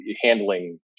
handling